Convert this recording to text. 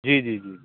ਜੀ ਜੀ ਜੀ ਜੀ